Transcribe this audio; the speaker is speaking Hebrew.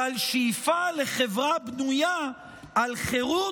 ועל שאיפה לחברה בנויה על חירות,